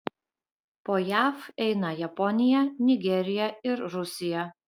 po jav eina japonija nigerija ir rusija